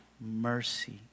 mercy